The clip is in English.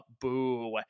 Boo